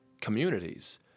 communities